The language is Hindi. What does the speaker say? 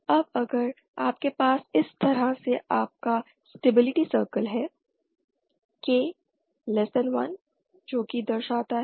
अब अगर आपके पास इस तरह से आपका स्टेबिलिटी सर्किल है